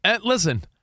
Listen